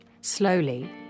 Slowly